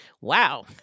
Wow